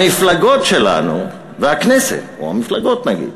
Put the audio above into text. המפלגות שלנו והכנסת, או המפלגות נגיד,